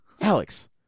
Alex